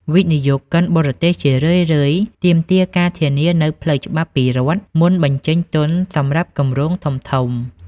វិនិយោគិនបរទេសជារឿយៗទាមទារការធានាផ្លូវច្បាប់ពីរដ្ឋ មុនបញ្ចេញទុនសម្រាប់គម្រោងធំៗ។